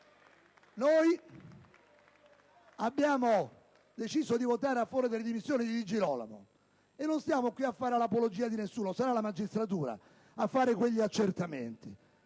Noi abbiamo deciso di votare a favore delle dimissioni di Di Girolamo e non stiamo qui a fare l'apologia di nessuno. Sarà la magistratura a fare quegli accertamenti.